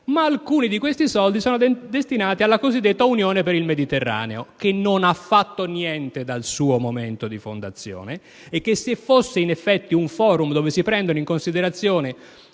mentre altri soldi sono destinati alla cosiddetta Unione per il Mediterraneo, che non ha fatto niente dal momento della sua fondazione e che, se fosse effettivamente un *forum* dove si prendono in considerazione